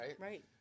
Right